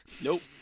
Nope